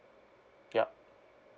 yup